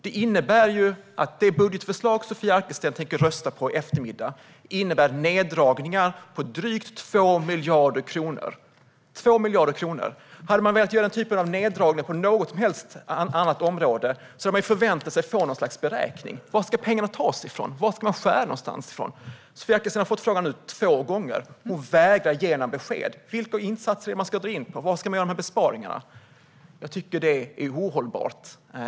Detta betyder att det budgetförslag som Sofia Arkelsten tänker rösta på i eftermiddag innebär neddragningar på drygt 2 miljarder kronor. Om någon hade velat göra den typen av neddragningar på ett annat område hade man förväntat sig att få något slags beräkning. Varifrån ska pengarna tas? Vad ska man skära bort? Sofia Arkelsten har nu fått frågan två gången, men hon vägrar att ge några besked. Vilka insatser ska man dra in på? Var ska man göra dessa besparingar? Jag tycker att detta är ohållbart.